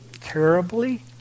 terribly